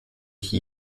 qui